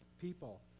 people